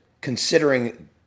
considering